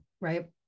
right